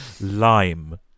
Lime